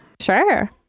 Sure